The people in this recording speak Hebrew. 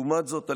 לעומת זאת,